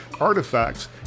artifacts